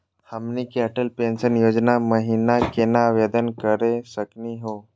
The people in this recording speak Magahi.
हमनी के अटल पेंसन योजना महिना केना आवेदन करे सकनी हो?